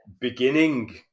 beginning